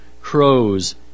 crows